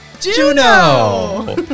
Juno